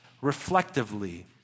reflectively